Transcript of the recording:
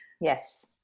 yes